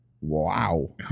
Wow